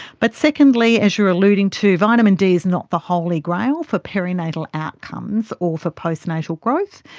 but secondly, as you're alluding to, vitamin d is not the holy grail for perinatal outcomes or for postnatal growth,